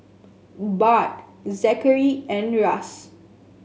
Bart Zachery and Russ